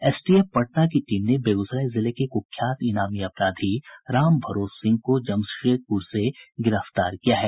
STF Patna की team ने बेगूसराय जिले के कुख्यात इनामी अपराधी राम भरोस सिंह को जमशेदपुर से गिरफ्तार किया है